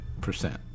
percent